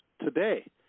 today